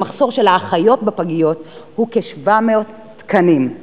היום התברר לנו שהמחסור של האחיות בפגיות הוא כ-700 תקנים,